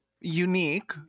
unique